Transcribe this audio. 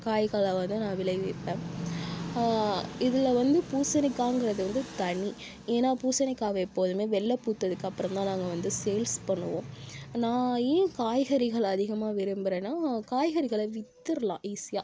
காய்களை வந்து நான் விளைவிப்பேன் இதில் வந்து பூசணிக்காய்ங்குறது வந்து தனி ஏன்னா பூசணிக்காயை எப்போதும் வெளில பூத்ததுக்கு அப்றம் தான் நாங்கள் வந்து சேல்ஸ் பண்ணுவோம் நான் ஏன் காய்கறிகள் அதிகமாக விரும்புறேன்னா காய்கறிகளை வித்துடலாம் ஈஸியாக